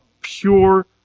pure